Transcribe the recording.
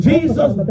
Jesus